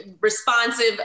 responsive